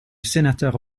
sénateur